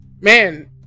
Man